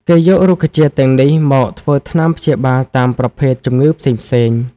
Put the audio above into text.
គេយករុក្ខជាតិទាំងនេះមក ធ្វើថ្នាំព្យាបាលតាមប្រភេទជំងឺផ្សេងៗ។